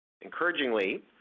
Encouragingly